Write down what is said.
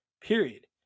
Period